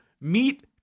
meet